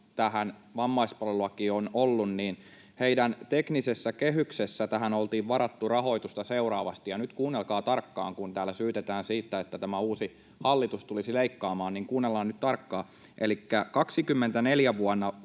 tähän vammaispalvelulakiin on ollut, niin heidän teknisessä kehyksessään tähän oltiin varattu rahoitusta seuraavasti — ja nyt kuunnelkaa tarkkaan, kun täällä syytetään siitä, että tämä uusi hallitus tulisi leikkaamaan: Elikkä vuonna